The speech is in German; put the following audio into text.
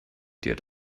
dir